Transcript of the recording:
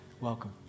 Welcome